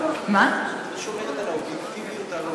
את לא שומרת על האובייקטיביות הראויה.